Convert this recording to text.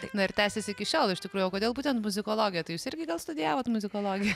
na ir tęsiasi iki šiol iš tikrųjų o kodėl būtent muzikologija tai jūs irgi gal studijavot muzikologiją